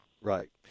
Right